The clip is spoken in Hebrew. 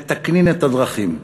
ומתקנין את הדרכים".